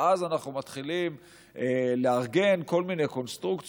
ואז אנחנו מתחילים לארגן כל מיני קונסטרוקציות